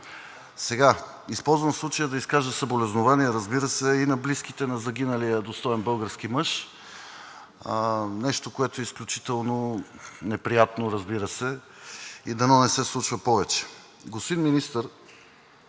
линия. Използвам случая да изкажа съболезнования, разбира се, и на близките на загиналия достоен български мъж – нещо, което е изключително неприятно и дано не се случва повече. Господин Министър,